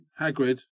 Hagrid